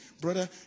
Brother